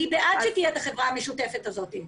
אני בעד שתהיה החברה המשותפת הזאת.